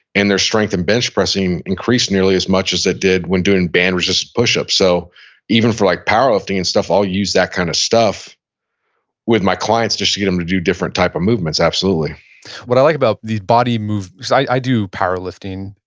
and their strength in bench pressing increased nearly as much as it did when doing band resistance push-up. so even for like powerlifting and stuff, i'll use that kind of stuff with my clients just to get them to do different type of movements, absolutely what i like about this body move, cause i do powerlifting.